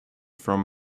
from